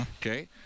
Okay